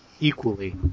equally